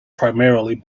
primarily